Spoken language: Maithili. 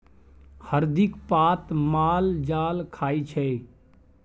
हरदिक पात माल जाल खाइ छै